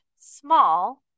small